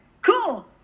cool